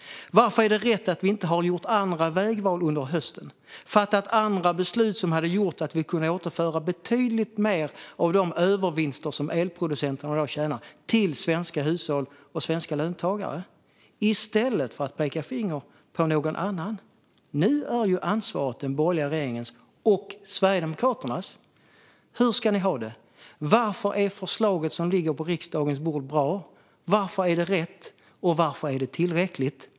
Varför är det rätt att vi inte har gjort andra vägval under hösten och fattat andra beslut som hade gjort att vi kunnat föra ut betydligt mer av elproducenternas övervinster till svenska hushåll och svenska löntagare? I stället pekar ni finger åt någon annan. Nu är ansvaret den borgerliga regeringens och Sverigedemokraternas. Hur ska ni ha det? Varför är förslaget som ligger på riksdagens bord bra? Varför är det rätt? Varför är det tillräckligt?